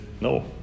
no